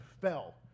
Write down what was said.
fell